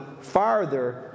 farther